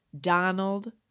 Donald